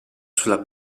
sulla